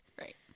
right